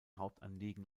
hauptanliegen